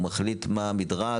הוא מחליט מה המדרג,